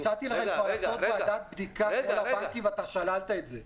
הצעתי לכם כבר לעשות ועדת בדיקה על כל הבנקים ואתה שללת את זה.